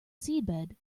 seabed